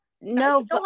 No